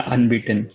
Unbeaten